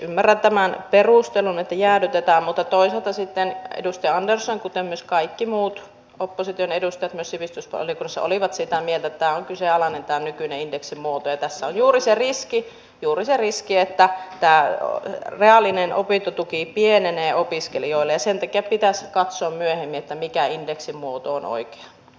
ymmärrän tämän perustelun että jäädytetään mutta toisaalta sitten edustaja andersson kuten myös kaikki muut opposition edustajat myös sivistysvaliokunnassa olivat sitä mieltä että tämä nykyinen indeksimuoto on kyseenalainen ja tässä on juuri se riski että tämä reaalinen opintotuki pienenee opiskelijoille ja sen takia pitäisi katsoa myöhemmin mikä indeksimuoto on oikea